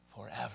forever